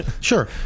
Sure